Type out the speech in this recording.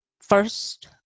first